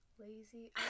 Lazy